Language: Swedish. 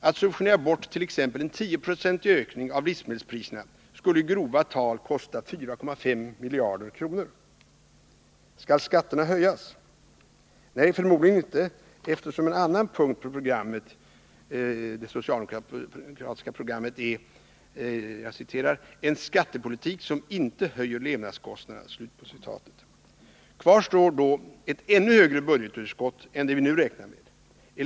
Att subventionera bort t.ex. en 10-procentig höjning av livsmedelspriserna skulle i grova tal kosta 4,5 miljarder kronor. Skall skatterna höjas? Nej, förmodligen inte, eftersom en annan punkt på det socialdemokratiska programmet är ”en skattepolitik som inte höjer levnadskostnaderna”. Kvar står då ett ännu högre budgetunderskott än det vi nu räknar med.